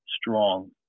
strong